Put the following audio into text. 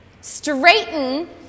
straighten